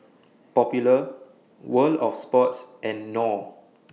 Popular World of Sports and Knorr